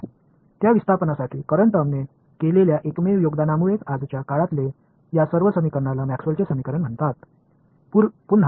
அந்த டிஸ்பிளாஸ்ட்மென்ட் கரண்ட்க்கு அவர் ஆற்றிய தனித்துவமான பங்களிப்பின் காரணமாகவே இன்றைய இந்த சமன்பாடுகள் அனைத்தும் மேக்ஸ்வெல்லின் Maxwell's சமன்பாடுகள் என்று அழைக்கப்படுகின்றன